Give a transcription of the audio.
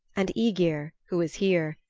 and aegir, who is here,